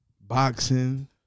boxing